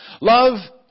Love